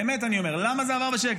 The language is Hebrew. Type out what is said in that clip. באמת, אני אומר, למה זה עבר בשקט?